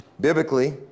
Biblically